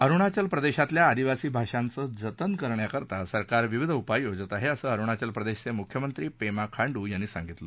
अरुणाचल प्रदेशातल्या आदिवासी भाषांचं जतन करण्याकरता सरकार विविध उपाय योजत आहे असं अरुणाचल प्रदेशचे मुख्यमंत्री पेमा खांडू यांनी सांगितलं